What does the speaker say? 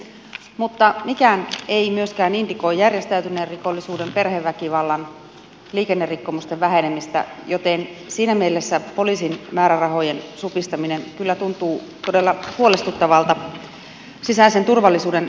mutta mikään ei myöskään indikoi järjestäytyneen rikollisuuden perheväkivallan liikennerikkomusten vähenemistä joten siinä mielessä poliisin määrärahojen supistaminen kyllä tuntuu todella huolestuttavalta sisäisen turvallisuuden kannalta